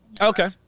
Okay